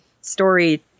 story